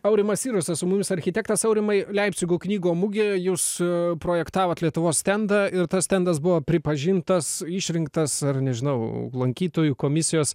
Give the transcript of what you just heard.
aurimas sirusas su mumis architektas aurimai leipcigo knygų mugėje jūsų projektavot lietuvos stendą ir tas stendas buvo pripažintas išrinktas ar nežinau lankytojų komisijos